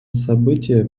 события